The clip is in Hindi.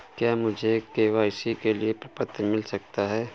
क्या मुझे के.वाई.सी के लिए प्रपत्र मिल सकता है?